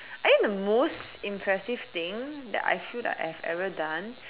I think the most impressive thing that I feel that I've ever done